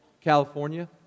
California